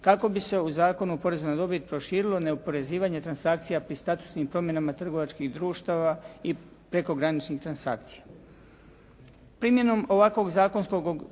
kako bi se u Zakonu o porezu na dobit proširilo neoporezivanje transakcija pri statusnim promjenama trgovačkih društava i prekograničnih transakcija.